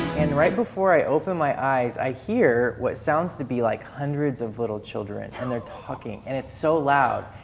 and right before i open my eyes, i hear what sounds to be like hundreds of little children, and they're talking, and it's so loud.